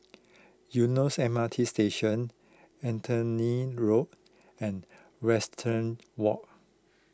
Eunos M R T Station Anthony Road and Western Walk